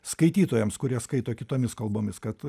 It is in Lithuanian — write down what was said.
skaitytojams kurie skaito kitomis kalbomis kad